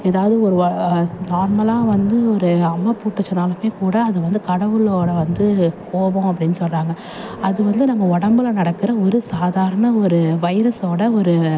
ஏதாவது ஒரு நார்மலாக வந்து ஒரு அம்மை போட்டுச்சுனாலுமே கூட அது வந்து கடவுளோடய வந்து கோபம் அப்படின்னு சொல்கிறாங்க அது வந்து நம்ம உடம்புல நடக்கிற ஒரு சாதாரண ஒரு வைரஸோடய ஒரு